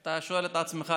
אתה שואל את עצמך,